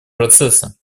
процесса